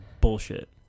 bullshit